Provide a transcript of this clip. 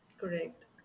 correct